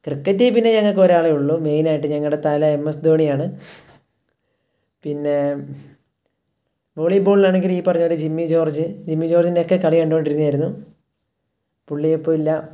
ക്രിക്കറ്റിൽ പിന്നെ ഞങ്ങൾക്കൊരാളെ ഉള്ളു മെയിനായിട്ട് ഞങ്ങളുടെ തല എം എസ് ധോണിയാണ് പിന്നേ വോളീബോളിലാണെങ്കിൽ ഈ പറഞ്ഞതുപോലെ ജിമ്മി ജോര്ജ് ജിമ്മി ജോര്ജിൻ്റെയൊക്കെ കളി കണ്ടുകൊണ്ടിരുന്നതായിരുന്നു പുള്ളിയിപ്പോൾ ഇല്ല